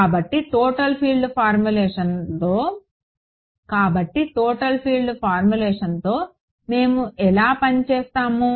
కాబట్టి total field ఫార్ములేషన్తో మేము ఎలా పని చేస్తాము